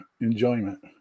enjoyment